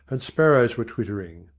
and sparrows were twittering.